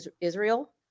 Israel